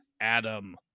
Adam